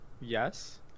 Yes